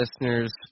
listeners